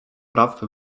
praw